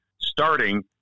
starting